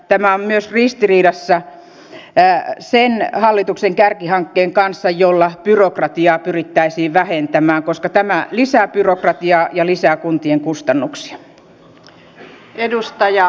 tämä on myös ristiriidassa sen hallituksen kärkihankkeen kanssa jolla byrokratiaa pyrittäisiin vähentämään koska tämä lisää byrokratiaa ja lisää kuntien kustannuksia